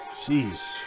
Jeez